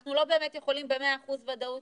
אנחנו לא באמת יכולים במאה אחוז ודאות